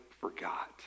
forgot